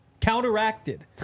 Counteracted